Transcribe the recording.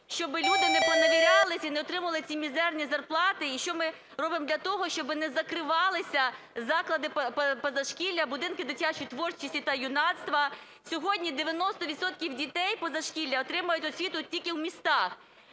щоб люди не поневірялись і не отримували ці мізерні зарплати, і що ми робимо для того, щоб не закривалися заклади позашкілля, будинки дитячої творчості та юнацтва. Сьогодні 90 відсотків дітей позашкілля отримують освіту тільки в містах,